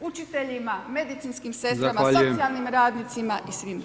učiteljima, medicinskim sestrama, socijalnim radnicima i svim drugim.